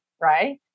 right